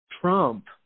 Trump